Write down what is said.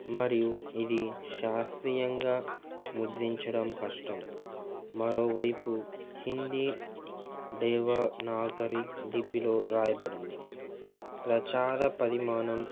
మరియు ఇది శాస్త్రీయంగా ముద్రించడం కష్టం మరోవైపు హిందీ దేవ నాగరి లిపిలో రాయబడింది ప్రచార పరిమానం